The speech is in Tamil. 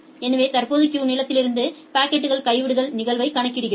எனவே தற்போதைய கியூ நீளத்திலிருந்து பாக்கெட்கள் கைவிடுதல் நிகழ்தகவைக் கணக்கிடுகிறோம்